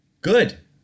Good